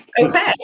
okay